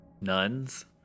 nuns